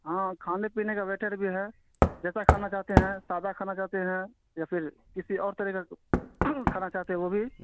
ہاں کھانے پینے کا ویٹر بھی ہے جیسا کھانا چاہتے ہیں سادہ کھانا چاہتے ہیں یا پھر کسی اور طرح کا کھانا چاہتے ہیں وہ بھی